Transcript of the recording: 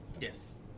Yes